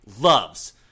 loves